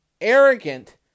arrogant